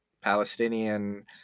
palestinian